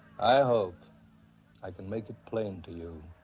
i hope i can make it plain to you